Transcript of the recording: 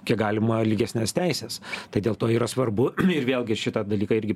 kiek galima lygesnes teises tai dėl to yra svarbu ir vėlgi ir šitą dalyką irgi